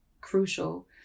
crucial